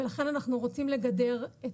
ולכן אנחנו רוצים לגדר.